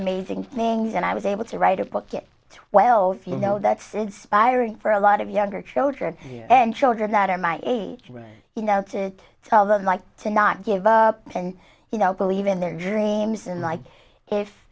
amazing things and i was able to write a pocket twelve you know that's inspiring for a lot of younger children and children that are my age right you know to tell them like to not give up and you know believe in their dreams and like if